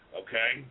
okay